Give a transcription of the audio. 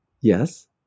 Yes